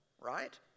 right